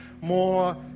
more